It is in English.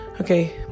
okay